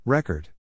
Record